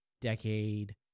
Decade